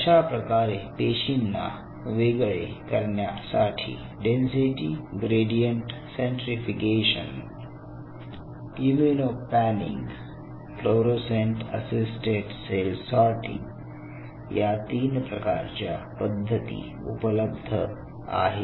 अशाप्रकारे पेशींना वेगळे करण्यासाठी density gradient centrifugation immunopanning fluorescent assisted cell sorting या तीन प्रकारच्या पद्धती उपलब्ध आहेत